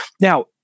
Now